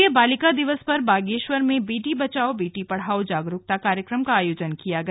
राष्ट्रीय बालिका दिवस पर बागेश्वर में बेटी बचाओ बेटी पढ़ाओ जागरूकता कार्यक्रम का आयोजन किया गया